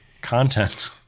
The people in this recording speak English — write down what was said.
content